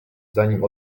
zanim